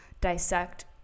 dissect